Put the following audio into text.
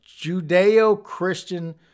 Judeo-Christian